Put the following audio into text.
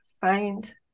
find